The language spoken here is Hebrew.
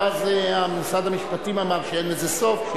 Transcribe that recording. ואז משרד המשפטים אמר שאין לזה סוף.